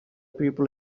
people